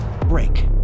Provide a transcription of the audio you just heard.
break